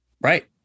Right